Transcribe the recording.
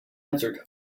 answered